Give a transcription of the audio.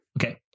Okay